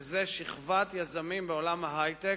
וזה שכבת יזמים בעולם ההיי-טק,